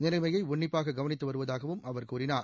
நிலைமையை உன்னிப்பாக கவனித்து வருவதாகவும் அவர் கூறினார்